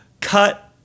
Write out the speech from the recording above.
cut